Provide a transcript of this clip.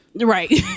right